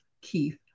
Keith